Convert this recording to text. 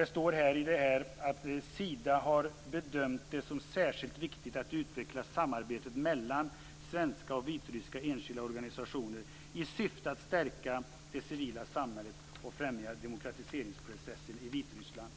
Det står att Sida har bedömt det som särskilt viktigt att utveckla samarbetet mellan svenska och vitryska enskilda organisationer i syfte att stärka det civila samhället och främja demokratiseringsprocessen i Vitryssland.